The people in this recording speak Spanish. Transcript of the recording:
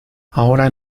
ahora